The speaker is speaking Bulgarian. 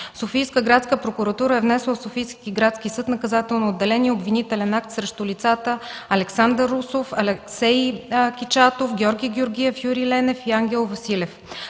Софийска градска прокуратура е внесла в Софийски градски съд, Наказателно отделение, обвинителен акт срещу лицата Александър Русов, Алексей Кичатов, Георги Георгиев, Юрий Ленев и Ангел Василев,